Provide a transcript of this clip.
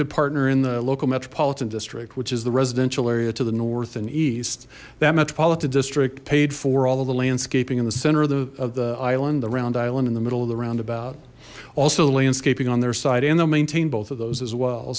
good partner in the local metropolitan district which is the residential area to the north and east that metropolitan district paid for all of the landscaping in the center of the island the round island in the middle of the roundabout also landscaping on their side and they'll maintain both of those as well